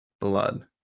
blood